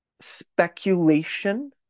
speculation